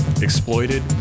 Exploited